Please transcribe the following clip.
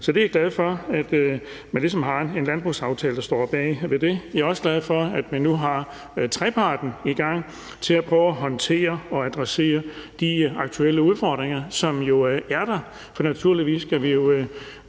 Så jeg er glad for, at man ligesom har en landbrugsaftale, der står bag det. Jeg er også glad for, at man nu er i gang med treparten for at prøve at håndtere og adressere de aktuelle udfordringer, som jo er der, for naturligvis skal vi